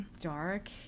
dark